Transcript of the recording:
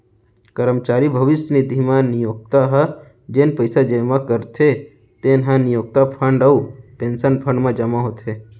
करमचारी भविस्य निधि म नियोक्ता ह जेन पइसा जमा करथे तेन ह नियोक्ता फंड अउ पेंसन फंड म जमा होथे